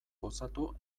gozatu